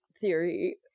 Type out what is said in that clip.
theory